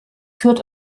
führt